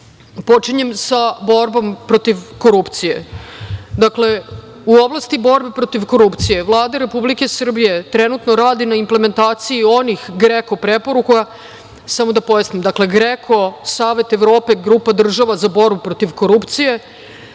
Počinjem sa borbom protiv korupcije. U oblasti borbe protiv korupcije Vlada Republike Srbije trenutno radi na implementaciji onih GREKO preporuka, samo da pojasnim, GREKO - Savet Evrope, grupa država za borbu protiv korupcije,